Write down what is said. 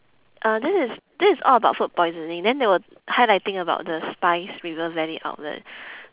uh this is this is all about food poisoning then they were highlighting about the spize river valley outlet